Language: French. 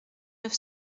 neuf